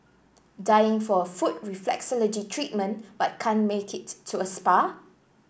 dying for a foot reflexology treatment but can't make it to a spa